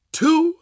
two